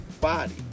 body